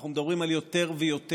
אנחנו מדברים על יותר ויותר